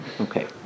Okay